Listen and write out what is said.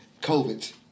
covid